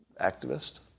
activist